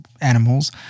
animals